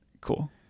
Cool